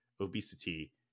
obesity